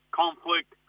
conflict